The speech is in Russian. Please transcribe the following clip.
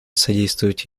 содействовать